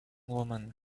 woman